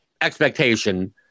expectation